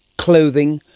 clothing,